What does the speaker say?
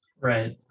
right